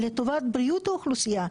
לטובת בריאות האוכלוסייה,